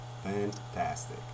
fantastic